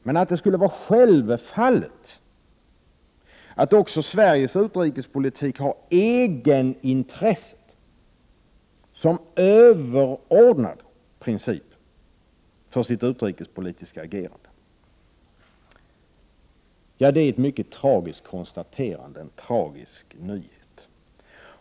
Men att det skulle vara ”självfallet” att också Sveriges utrikespolitik har egenintresset som överordnad princip för sitt utrikespolitiska agerande, det är ett mycket tragiskt konstaterande, en tragisk nyhet.